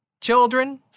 children